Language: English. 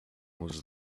was